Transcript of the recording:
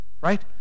Right